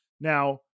Now